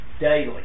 daily